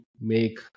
make